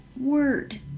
word